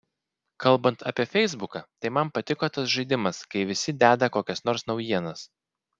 kalbant apie feisbuką tai man patiko tas žaidimas kai visi deda kokias nors naujienas